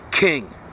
king